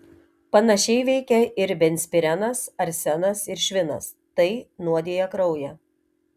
panašiai veikia ir benzpirenas arsenas ir švinas tai nuodija kraują